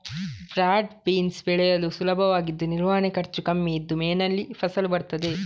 broad beans ಬೆಳೆಯಲು ಸುಲಭವಾಗಿದ್ದು ನಿರ್ವಹಣೆ ಖರ್ಚು ಕಮ್ಮಿ ಇದ್ದು ಮೇನಲ್ಲಿ ಫಸಲು ಬರ್ತದೆ